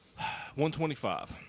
125